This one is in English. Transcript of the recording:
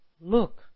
Look